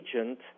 agent